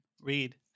Read